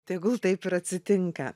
tegul taip ir atsitinka